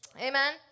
amen